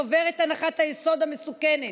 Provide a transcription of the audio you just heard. שובר את הנחת היסוד המסוכנת,